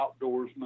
outdoorsman